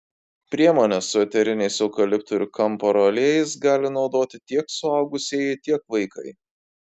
priemonę su eteriniais eukaliptų ir kamparo aliejais gali naudoti tiek suaugusieji tiek vaikai